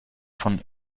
von